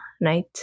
night